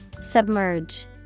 Submerge